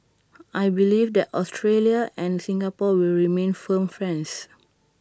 I believe that Australia and Singapore will remain firm friends